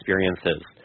experiences